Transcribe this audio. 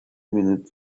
minutes